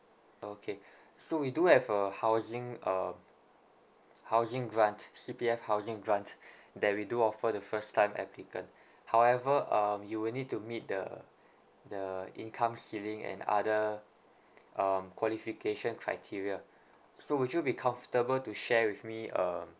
okay so we do have a housing uh housing grant C_P_F housing grant that we do offer the first time applicant however uh you will need to meet the the income ceiling and other uh qualification criteria so would you be comfortable to share with me uh